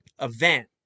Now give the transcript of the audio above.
event